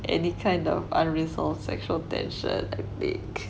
any kind of unresolved sexual tension I think